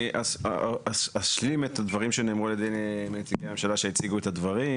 אני אשלים את הדברים שנאמרו על ידי נציגי הממשלה שהציגו את הדברים